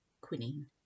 quinine